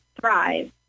Thrive